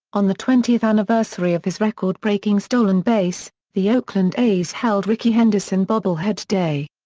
on the twentieth anniversary of his record-breaking stolen base, the oakland a's held rickey henderson bobblehead day.